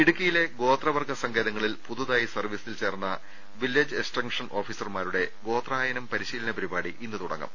ഇടുക്കിയിലെ ഗോത്രവർഗ്ഗ സങ്കേതങ്ങളിൽ പുതുതായി സർവ്വീ സിൽ ചേർന്ന വില്ലേജ് എക്സ്റ്റൻഷൻ ഓഫീസർമാരുടെ ഗോത്രായനം പരി ശീലന പരിപാടി ഇന്നു തുടങ്ങും